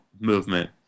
movement